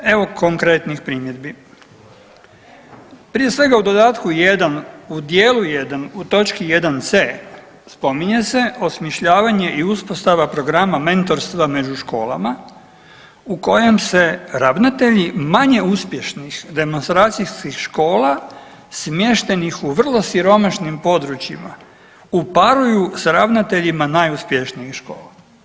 Evo konkretnih primjedbi, prije svega u dodatku jedan, u dijelu jedan, u točki 1.c. spominje se osmišljavanje i uspostava programa mentorstva među školama u kojem se ravnatelji manje uspješnih demonstracijskih škola smještenih u vrlo siromašnim područjima uparuju sa ravnateljima najuspješnijih škola.